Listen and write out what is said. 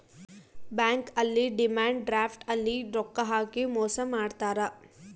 bank ಅಲ್ಲಿ demand draft ಅಲ್ಲಿ ರೊಕ್ಕ ಹಾಕಿ ಮೋಸ ಮಾಡ್ತಾರ